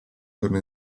torna